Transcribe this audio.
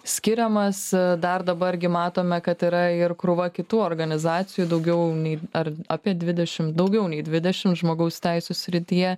skiriamas a dar dabar gi matome kad yra ir krūva kitų organizacijų daugiau nei ar apie dvidešim daugiau nei dvidešim žmogaus teisių srityje